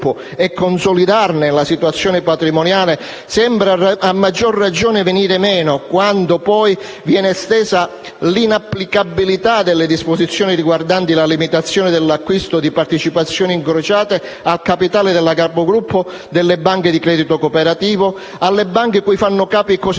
e consolidarne la situazione patrimoniale sembra a maggior ragione venire meno quando poi viene estesa l'inapplicabilità delle disposizioni riguardanti la limitazione dell'acquisto di partecipazioni incrociate al capitale della capogruppo delle banche di credito cooperativo, alle banche cui fanno capo